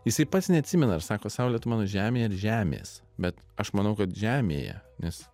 jisai pats neatsimena ar sako saulė tu mano žemėj ir žemės bet aš manau kad žemėje nes